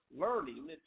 learning